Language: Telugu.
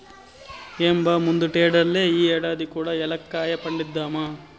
ఏం బా ముందటేడల్లే ఈ ఏడాది కూ ఏలక్కాయ పంటేద్దామా